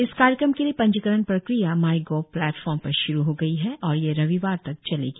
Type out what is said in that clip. इस कार्यक्रम के लिए पंजीकरण प्रक्रिया माईगोव प्लेटफॉर्म पर श्रू हो गई है और यह रविवार तक चलेगी